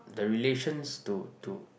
the relations to to